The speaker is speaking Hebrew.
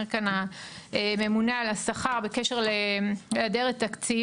כאן הממונה על השכר בקשר להיעדר התקציב.